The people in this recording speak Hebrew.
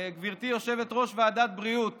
גברתי, יושבת-ראש ועדת הבריאות